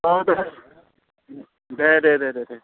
अ दे दे दे दे